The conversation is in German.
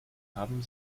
haben